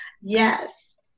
Yes